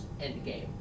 Endgame